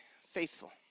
faithful